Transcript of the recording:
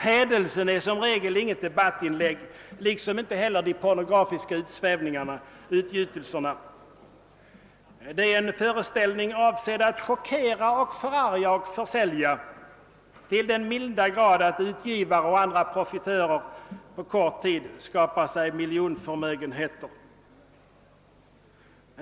Hädelsen är som regel inget debattinlägg, liksom inte heller de pornografiska utsvävningarna och utgjutelserna. Det är en föreställning avsedd att chockera, förarga och försälja till den grad att utgivare och andra profitörer på kort tid skapar sig miljonförmögenheter.